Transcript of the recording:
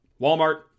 Walmart